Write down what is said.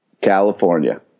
California